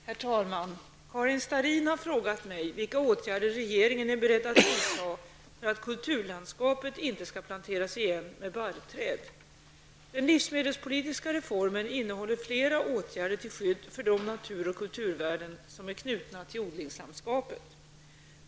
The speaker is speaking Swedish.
Herr talman! Karin Starrin har frågat mig vilka åtgärder regeringen är beredd att vidta för att kulturlandskapet inte skall planteras igen med barrträd. Den livsmedelspolitiska reformen innehåller flera åtgärder till skydd för de natur och kulturvärden som är knutna till odlingslandskapet.